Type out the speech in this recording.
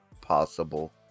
possible